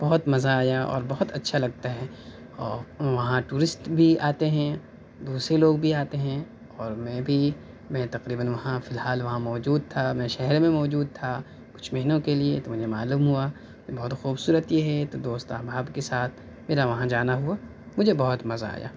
بہت مزہ آیا اور بہت اچھا لگتا ہے اور وہاں ٹورسٹ بھی آتے ہیں دوسرے لوگ بھی آتے ہیں اور میں بھی میں تقریباً وہاں فی الحال موجود تھا میں شہر میں موجود تھا کچھ مہینوں کے لیے تو میں نے معلوم ہوا کہ بہت خوبصورت یہ ہے تو دوست احباب کے ساتھ میرا وہاں جانا ہوا مجھے بہت مزہ آیا